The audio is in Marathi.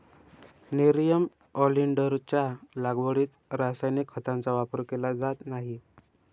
नेरियम ऑलिंडरच्या लागवडीत रासायनिक खतांचा वापर केला जात नाही